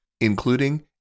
including